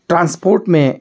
transport में